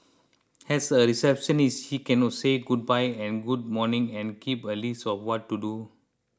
as a receptionist she can no say goodbye and good morning and keep a list of what to do